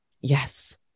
yes